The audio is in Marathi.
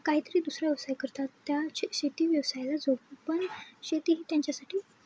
काहीतरी दुसरा व्यवसाय करतात त्या श शेती व्यवसायायला जोपण शेती ह त्यांच्यासाठी